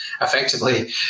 effectively